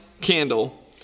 candle